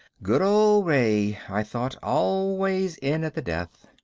good old ray, i thought, always in at the death.